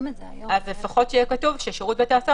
אז לפחות שיהיה כתוב ששירות בתי הסוהר